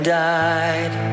died